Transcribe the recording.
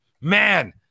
man